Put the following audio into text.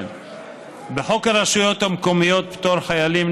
בחוק הרשויות המקומיות (פטור) (חיילים,